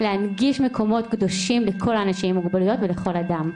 להנגיש מקומות קדושים לכל האנשים עם מוגבלויות ולכל אדם.